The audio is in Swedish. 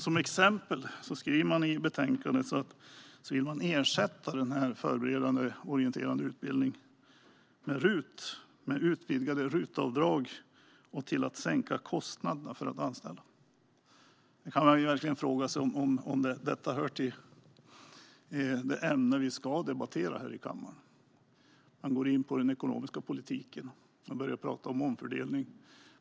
Som exempel skriver man i betänkandet att man vill ersätta den förberedande och orienterande utbildningen med utvidgade RUT-avdrag och sänkta kostnader för att anställa. Jag kan verkligen fråga mig om detta hör till det ämne som vi ska debattera här i kammaren. Man går in på den ekonomiska politiken och börjar prata om omfördelning.